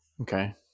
okay